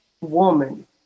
woman